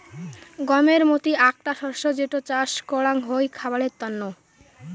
গমের মতি আকটা শস্য যেটো চাস করাঙ হই খাবারের তন্ন